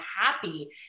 happy